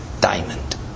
diamond